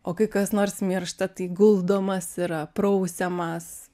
o kai kas nors miršta tai guldomas yra prausiamas